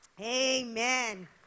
Amen